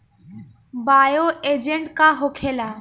Bio agent का होखेला?